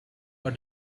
for